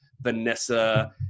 Vanessa